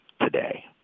today